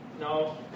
no